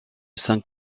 saint